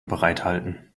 bereithalten